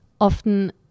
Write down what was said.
often